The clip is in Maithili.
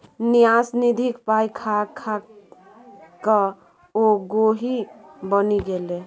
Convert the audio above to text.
न्यास निधिक पाय खा खाकए ओ गोहि बनि गेलै